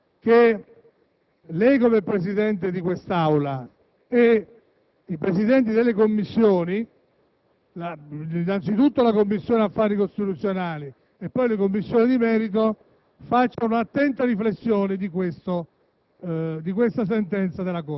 però, lei, come Presidente di quest'Aula, e i Presidenti delle Commissioni (innanzitutto, la Commissione affari costituzionali, poi le Commissioni di merito) a svolgere un'attenta riflessione su questa